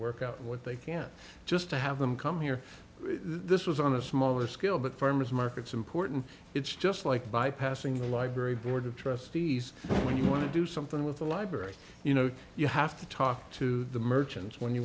work out what they can just to have them come here this was on a smaller scale but farmers markets important it's just like bypassing the library board of trustees when you want to do something with a library you know you have to talk to the merchants when you